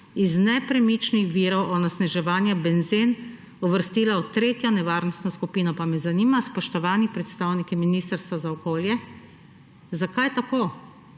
iz nepremičnih virov onesnaževanja benzen uvrstila v tretjo nevarnostno skupino«. Pa ma zanima, spoštovani predstavniki Ministrstva za okolje, zakaj tako.